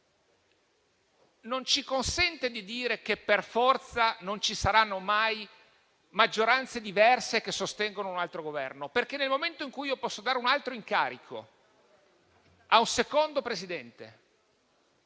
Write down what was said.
non ci consente di dire che, per forza, non ci saranno mai maggioranze diverse che sostengono un altro Governo. Questo perché, nel momento in cui io posso dare un altro incarico a un secondo Presidente,